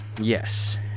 Yes